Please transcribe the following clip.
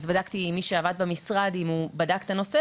אז בדקתי עם מי שעבד במשרד אם הוא בדק את הנושא,